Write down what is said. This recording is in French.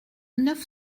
neuf